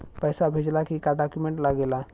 पैसा भेजला के का डॉक्यूमेंट लागेला?